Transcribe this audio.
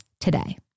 today